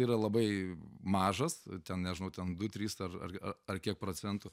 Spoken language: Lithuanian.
yra labai mažas ten nežinau ten du trys ar ar ar kiek procentų